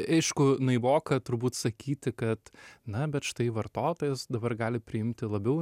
aišku naivoka turbūt sakyti kad na bet štai vartotojas dabar gali priimti labiau